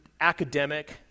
academic